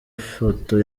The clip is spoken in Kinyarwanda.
foto